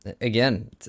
Again